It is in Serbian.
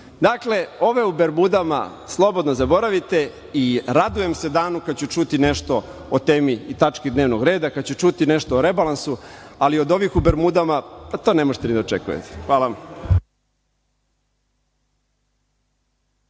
ove u bermudama slobodno zaboravite i radujem se danu kada ću čuti nešto o temi i tački dnevnog reda, kada ću čuti nešto o rebalansu, ali od ovih u bermudama pa to ne možete ni da očekujete. Hvala vam.